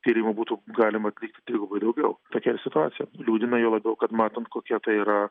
tyrimų būtų galima atlikti trigubai daugiau tokia yra situacija liūdina juo labiau kad matant kokie tai yra